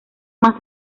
más